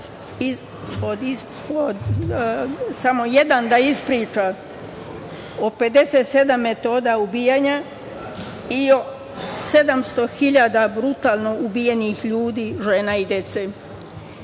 samo jedan da ispriča o 57 metoda ubijanja i 700 hiljada brutalno ubijenih ljudi, žena i dece.